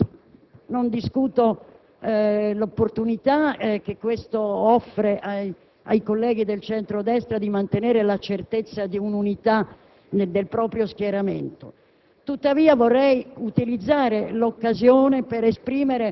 Naturalmente, non discuto il suo diritto, né l'opportunità che il gesto offre ai colleghi del centro-destra di mantenere la certezza di un'unità del proprio schieramento,